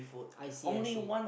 I see I see